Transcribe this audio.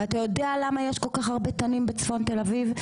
ואתה יודע למה יש כל כך הרבה תנים בצפון תל אביב?